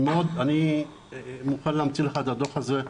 אני מוכן להמציא לך את הדוח הזה,